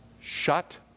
shut